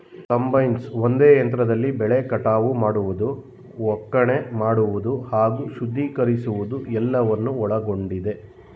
combines ಒಂದೇ ಯಂತ್ರದಲ್ಲಿ ಬೆಳೆ ಕಟಾವು ಮಾಡುವುದು ಒಕ್ಕಣೆ ಮಾಡುವುದು ಹಾಗೂ ಶುದ್ಧೀಕರಿಸುವುದು ಎಲ್ಲವನ್ನು ಒಳಗೊಂಡಿದೆ